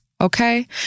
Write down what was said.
okay